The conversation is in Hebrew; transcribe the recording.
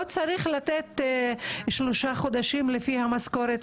לא צריך לתת שלושה חודשים לפי המשכורת,